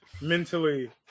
mentally